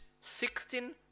sixteen